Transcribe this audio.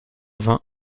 vingt